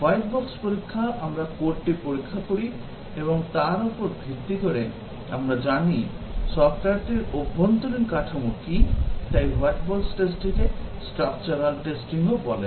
white box পরীক্ষা আমরা কোডটি লক্ষ্য করি এবং তার উপর ভিত্তি করে আমরা জানি সফ্টওয়্যারটির অভ্যন্তরীণ কাঠামো কী এবং তাই হোয়াইট বক্স পরীক্ষাকে স্ট্রাকচারাল টেস্টিং বলে